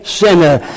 sinner